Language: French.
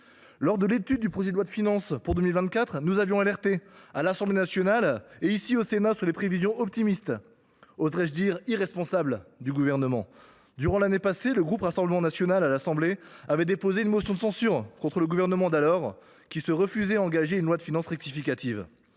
Lors de l’étude du projet de loi de finances pour 2024, nous avions alerté, à l’Assemblée nationale comme au Sénat, sur les prévisions optimistes et même, oserai je dire, irresponsables du Gouvernement. Le groupe Rassemblement national de l’Assemblée avait déposé une motion de censure contre le gouvernement d’alors, qui se refusait à présenter un projet de loi de finances rectificative.